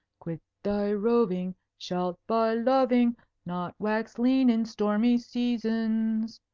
quit thy roving shalt by loving not wax lean in stormy seasons.